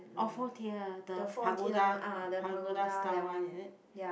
oh four tier the pagoda the pagoda style one is it